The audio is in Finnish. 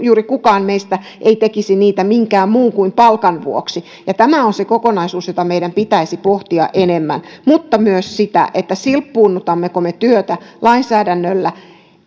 juuri kukaan meistä ei tekisi niitä minkään muun kuin palkan vuoksi tämä on se kokonaisuus jota meidän pitäisi pohtia enemmän mutta myös sitä silppuunnutammeko me työtä lainsäädännöllä